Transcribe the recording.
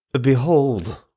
behold